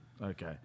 Okay